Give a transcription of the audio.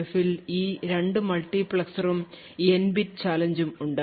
എഫിൽ ഈ 2 മൾട്ടിപ്ലെക്സർ ഉം N ബിറ്റ് ചലഞ്ചും ഉണ്ട്